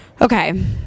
okay